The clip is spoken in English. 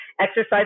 exercise